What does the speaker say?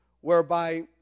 whereby